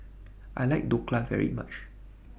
I like Dhokla very much